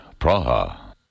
Praha